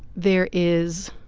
there is